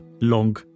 long